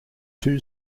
two